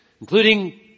including